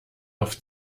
auf